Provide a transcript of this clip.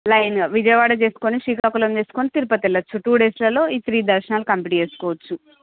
అలా ఏం కాదు విజయవాడ చూసుకొని శ్రీకాకుళం చూసుకొని తిరుపతి వెళ్ళొచ్చు టు డేస్లలో ఈ త్రి దర్శనాలను కంప్లీట్ చేసుకోవచ్చు